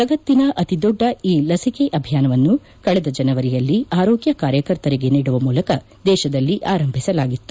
ಜಗತ್ತಿನ ಅತಿ ದೊಡ್ಡ ಈ ಲಸಿಕೆ ಅಭಿಯಾನವನ್ನು ಕಳೆದ ಜನವರಿಯಲ್ಲಿ ಆರೋಗ್ಯ ಕಾರ್ಯಕರ್ತರಿಗೆ ನೀಡುವ ಮೂಲಕ ದೇಶದಲ್ಲಿ ಆರಂಭಿಸಲಾಗಿತ್ತು